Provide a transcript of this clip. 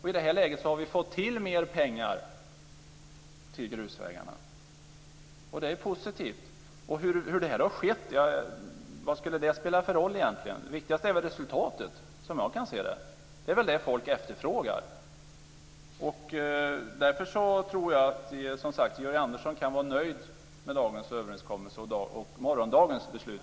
I det här läget har vi fått fram mer pengar till grusvägarna, och det är positivt. Vad spelar det egentligen för roll hur det har skett? Det viktigaste är väl resultatet, som jag ser det. Det är ju det folk efterfrågar. Därför tror jag att Georg Andersson kan vara nöjd med dagens överenskommelse och morgondagens beslut.